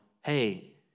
hey